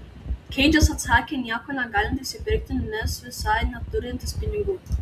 keidžas atsakė nieko negalintis įpirkti nes visai neturintis pinigų